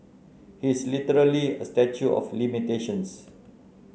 he is literally a statue of limitations